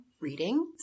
reading